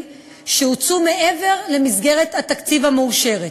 שהוצאו מעבר למסגרת התקציב המאושרת.